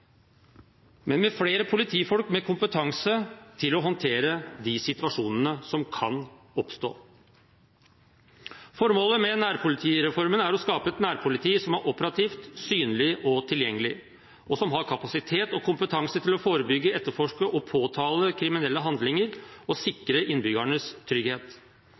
men med flere politifolk med kompetanse til å håndtere de situasjonene som kan oppstå. Formålet med nærpolitireformen er å skape et nærpoliti som er operativt, synlig og tilgjengelig, og som har kapasitet og kompetanse til å forebygge, etterforske og påtale kriminelle handlinger, og å sikre innbyggernes trygghet.